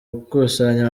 gukusanya